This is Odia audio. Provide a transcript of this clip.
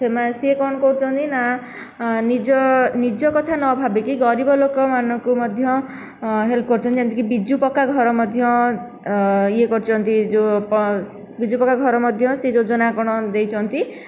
ସିଏ କ'ଣ କରୁଛନ୍ତି ନା ନିଜ ନିଜ କଥା ନ ଭାବିକି ଗରିବ ଲୋକମାନଙ୍କୁ ମଧ୍ୟ ହେଲ୍ପ କରୁଛନ୍ତି ଯେମିତିକି ବିଜୁ ପକ୍କା ଘର ମଧ୍ୟ ଇଏ କରିଛନ୍ତି ଯେଉଁ ବିଜୁ ପକ୍କା ଘର ମଧ୍ୟ ସେ ଯୋଜନା କ'ଣ ଦେଇଛନ୍ତି